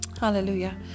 Hallelujah